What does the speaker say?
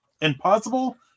impossible